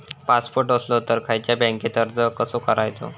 Passport असलो तर खयच्या बँकेत अर्ज कसो करायचो?